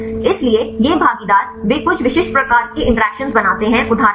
इसलिए ये भागीदार वे कुछ विशिष्ट प्रकार के इंटरैक्शन बनाते हैं उदाहरण के लिए